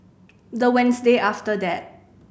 the Wednesday after that